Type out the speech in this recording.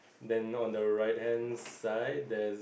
then on the right hand side there